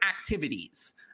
activities